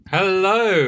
Hello